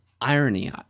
irony